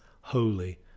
holy